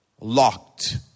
Locked